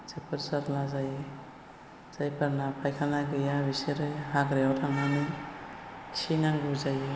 जोबोद जाल्ला जायो जायफोरना फाइखाना गैया बिसोरो हाग्रायाव थांनानै खिहैनांगौ जायो